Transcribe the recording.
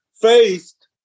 faced